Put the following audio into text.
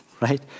right